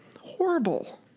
Horrible